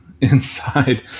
inside